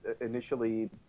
initially